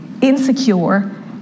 insecure